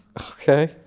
Okay